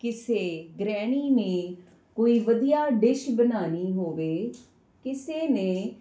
ਕਿਸੇ ਗ੍ਰਹਿਣੀ ਨੇ ਕੋਈ ਵਧੀਆ ਡਿਸ਼ ਬਣਾਉਣੀ ਹੋਵੇ ਕਿਸੇ ਨੇ